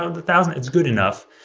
ah the thousand, it's good enough.